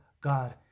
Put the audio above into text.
God